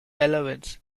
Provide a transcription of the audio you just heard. allowance